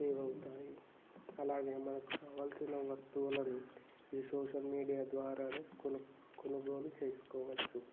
save అవుతాయి అలాగే మనకు కావాల్సిన వస్తువులను ఈ సోషల్ మీడియా ద్వారానే కొనుక్ కొనుగోలు చేసుకోవచ్చు